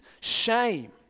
shame